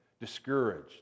discouraged